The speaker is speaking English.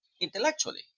intellectually